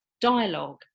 dialogue